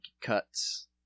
cuts